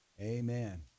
Amen